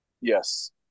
Yes